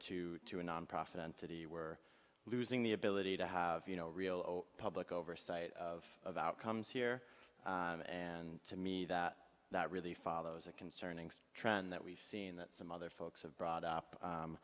to to a nonprofit entity we're losing the ability to have you know real public oversight of outcomes here and to me that that really follows a concerning trend that we've seen that some other folks have brought up